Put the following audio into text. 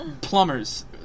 Plumbers